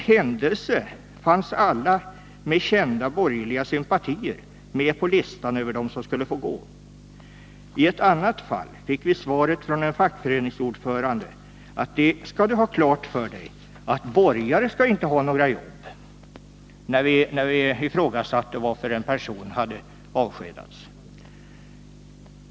Händelsevis fanns alla anställda med kända borgerliga sympatier med på listan över dem som skulle avskedas. I ett annat fall fick vi följande svar från en fackföreningsordförande, när vi ifrågasatte det riktiga i en persons avskedande: Det skall du ha klart för dig, att borgare skall inte ha några jobb.